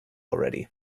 already